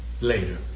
later